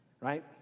right